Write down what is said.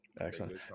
Excellent